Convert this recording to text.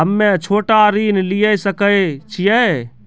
हम्मे छोटा ऋण लिये सकय छियै?